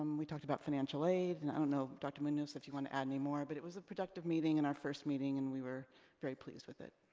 we talked about financial aid. and i don't know, dr. munoz, if you wanna add any more, but it was a productive meeting, and our first meeting, and we were very pleased with it.